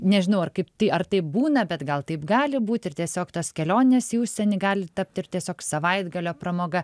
nežinau ar kaip tai ar taip būna bet gal taip gali būti ir tiesiog tos kelionės į užsienį gali tapti ir tiesiog savaitgalio pramoga